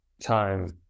time